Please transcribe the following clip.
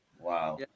Wow